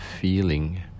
feeling